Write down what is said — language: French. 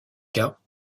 cas